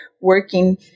working